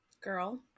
girl